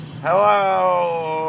hello